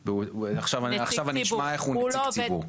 עכשיו אני אשמע איך הוא נציג ציבור.